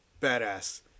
badass